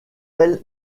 elle